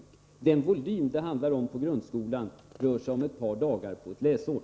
Den volym det handlar — Nr 156 om på grundskolan rör sig om ett par dagar per läsår.